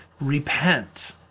repent